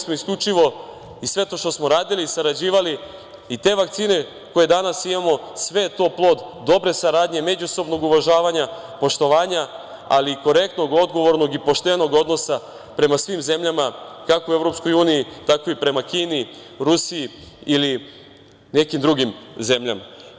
Sve to što smo radili, sarađivali i te vakcine koje danas imamo sve je to plod dobre saradnje, međusobnog uvažavanja, poštovanja, ali i korektnog, odgovornog i poštenog odnosa prema svim zemljama, kako u EU, tako i prema Kini, Rusiji ili nekim drugim zemljama.